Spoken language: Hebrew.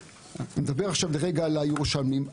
נדבר עכשיו לרגע על הירושלמים.